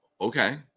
okay